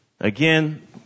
Again